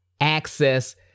access